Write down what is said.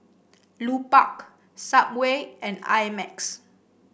Lupark Subway and I Max